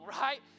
Right